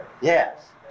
Yes